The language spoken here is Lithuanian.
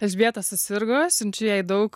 elžbieta susirgo siunčiu jai daug